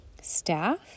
staff